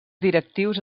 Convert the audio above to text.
directius